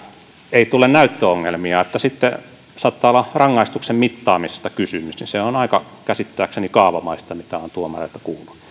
ei tule näyttöongelmia sitten saattaa olla rangaistuksen mittaamisesta kysymys ja se on käsittääkseni aika kaavamaista mitä olen tuomareilta kuullut